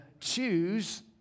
choose